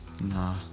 Nah